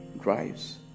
drives